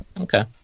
okay